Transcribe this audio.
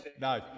No